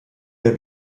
der